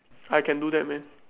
I can do that man